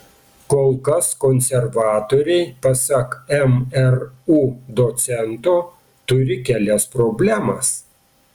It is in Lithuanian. kol kas konservatoriai pasak mru docento turi kelias problemas